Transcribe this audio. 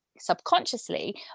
subconsciously